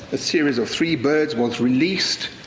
a series of three birds was released,